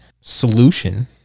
solution